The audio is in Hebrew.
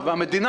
המדינה.